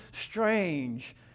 strange